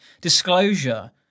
disclosure